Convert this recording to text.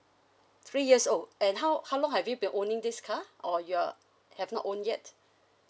three years old and how how long have you be owning this car or you're have not own yet